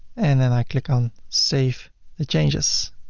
and then i click on save the changes.